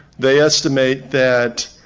they estimate that,